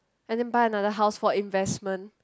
and then buy another house for investment